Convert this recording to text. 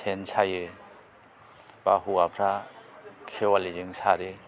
सेन सायो बा हौवाफ्रा खेवालिजों सारो सारो